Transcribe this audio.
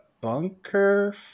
bunker